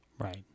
Right